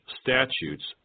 statutes